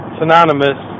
synonymous